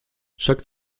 chaque